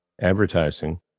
advertising